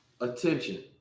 attention